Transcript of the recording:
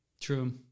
True